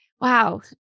Wow